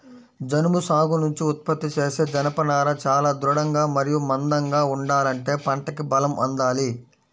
జనుము సాగు నుంచి ఉత్పత్తి చేసే జనపనార చాలా దృఢంగా మరియు మందంగా ఉండాలంటే పంటకి బలం అందాలి